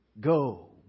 go